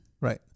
Right